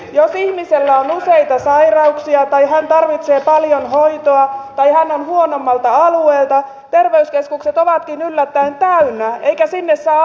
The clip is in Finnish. jos ihmisellä on useita sairauksia tai hän tarvitsee paljon hoitoa tai hän on huonommalta alueelta terveyskeskukset ovatkin yllättäen täynnä eikä sinne saa aikaa